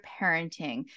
parenting